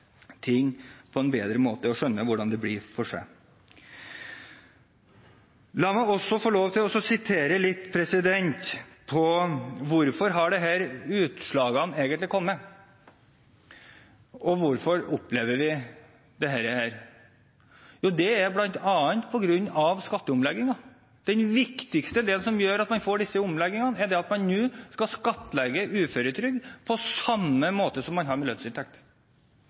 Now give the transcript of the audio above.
ting på en bedre måte, og skjønner hvordan det blir for en selv. La meg også få lov til å sitere litt når det gjelder hvorfor disse utslagene egentlig har kommet, og hvorfor vi opplever dette. Det er bl.a. på grunn av skatteomleggingen. Den viktigste delen som gjør at man får disse omleggingene, er at man nå skal skattlegge uføretrygd på samme måte som man gjør med lønnsinntekt.